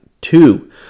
two